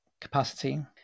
capacity